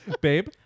Babe